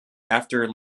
after